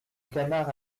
canard